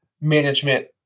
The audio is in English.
management